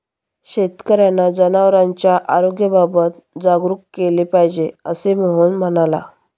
शेतकर्यांना जनावरांच्या आरोग्याबाबत जागरूक केले पाहिजे, असे मोहन म्हणाला